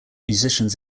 musicians